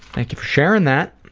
thank you for sharing that.